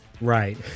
Right